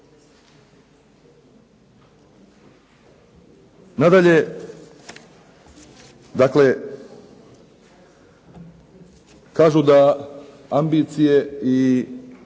Nadalje, dakle kažu ambicije i